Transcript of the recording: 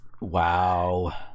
wow